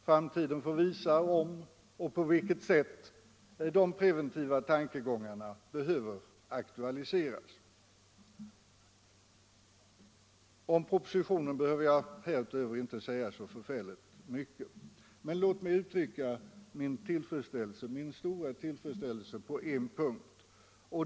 Framtiden får utvisa om och på vilket sätt de preventiva tankegångarna behöver aktualiseras. Om propositionen behöver jag här f. ö. inte säga så mycket, men låt mig uttrycka min stora tillfredsställelse på en punkt.